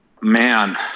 Man